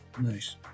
Nice